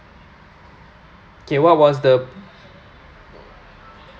okay what was the